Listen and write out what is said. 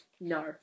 No